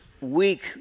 week